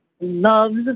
loves